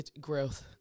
growth